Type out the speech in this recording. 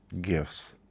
gifts